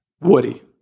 Woody